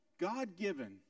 God-given